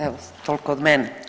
Evo toliko od mene.